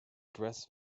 dress